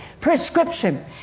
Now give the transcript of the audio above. prescription